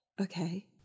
okay